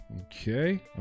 Okay